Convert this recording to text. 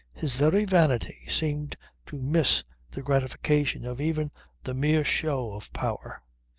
his very vanity seemed to miss the gratification of even the mere show of power.